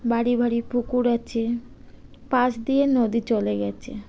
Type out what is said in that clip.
বাড়ি বাড়ি পুকুর আছে পাঁচ দিয়ে নদী চলে গেছে